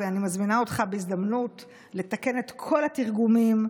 ואני מזמינה אותך בהזדמנות לתקן את כל התרגומים.